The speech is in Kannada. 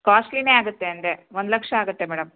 ಕಾಸ್ಟ್ಲಿನೇ ಆಗುತ್ತೆ ಅಂದರೆ ಒಂದು ಲಕ್ಷ ಆಗುತ್ತೆ ಮೇಡಮ್